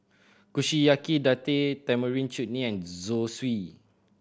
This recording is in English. Kushiyaki Date Tamarind Chutney and Zosui